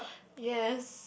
yes